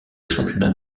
championnat